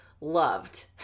loved